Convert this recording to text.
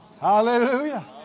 Hallelujah